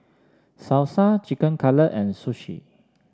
Salsa Chicken Cutlet and Sushi